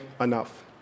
enough